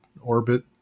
orbit